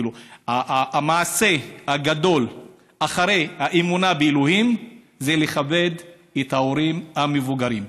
המעשה הגדול אחרי האמונה באלוהים הוא לכבד את ההורים המבוגרים,